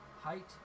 height